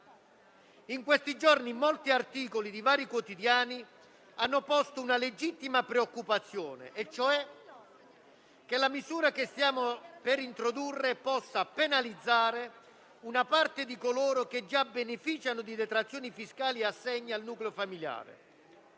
In questi giorni molti articoli di vari quotidiani hanno posto una legittima preoccupazione e cioè che la misura che stiamo per introdurre possa penalizzare una parte di coloro che già beneficiano di detrazioni fiscali e assegni al nucleo familiare,